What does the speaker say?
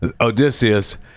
odysseus